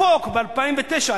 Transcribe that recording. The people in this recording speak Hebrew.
החוק ב-2009,